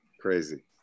Crazy